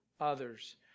others